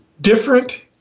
Different